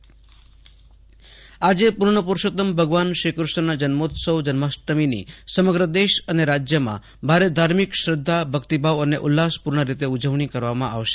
આશુતોષ અંતાણી જન્માષ્ટમી આજે પૂર્ણ પુરૂષોત્તમ ભગવાન શ્રી ક્રષ્ણના જન્મોત્સવ જન્માષ્ટમીની સમગ્રદેશ અને રાજ્યમાં ભારે ધાર્મિક શ્રશ્ધ્ધા ભક્તિભાવ અને ઉલ્લાસપૂર્ણ રીતે ઉજવણી કરવામાં આવશે